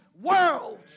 world